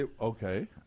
Okay